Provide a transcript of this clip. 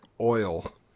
oil